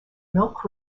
milk